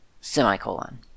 semicolon